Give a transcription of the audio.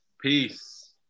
peace